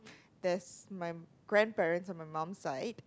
there's my grandparents on my mum's side